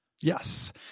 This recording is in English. Yes